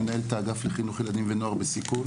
מנהל את האגף לחינוך ילדים ונוער בסיכון